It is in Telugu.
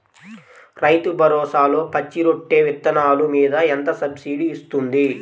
రైతు భరోసాలో పచ్చి రొట్టె విత్తనాలు మీద ఎంత సబ్సిడీ ఇస్తుంది?